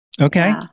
Okay